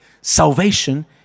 Salvation